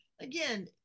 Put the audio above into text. again